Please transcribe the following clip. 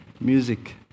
music